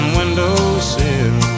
windowsill